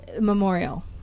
memorial